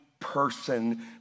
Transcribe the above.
person